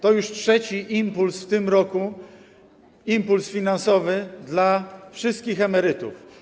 To już trzeci w tym roku impuls finansowy dla wszystkich emerytów.